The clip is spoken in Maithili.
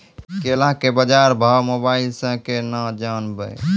केला के बाजार भाव मोबाइल से के ना जान ब?